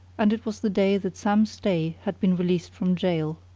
and it was the day that sam stay had been released from gaol.